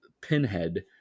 Pinhead